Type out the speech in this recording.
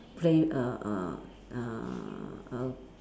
play err err err err